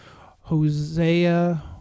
Hosea